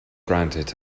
granted